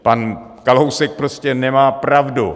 Pan Kalousek prostě nemá pravdu.